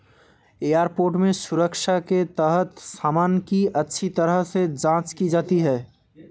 airport में सुरक्षा के तहत सामान की अच्छी तरह से जांच की जाती है